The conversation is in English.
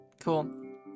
cool